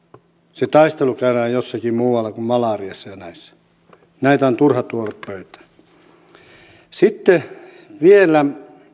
se taistelu käydään jossakin muualla kuin malariassa ja näissä näitä on turha tuoda pöytään sitten vielä